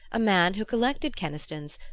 a man who collected kenistons,